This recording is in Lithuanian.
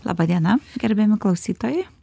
laba diena gerbiami klausytojai